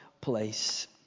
place